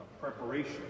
preparation